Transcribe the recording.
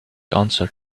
answered